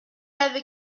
avait